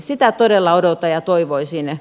sitä todella odotan ja toivoisin